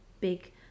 big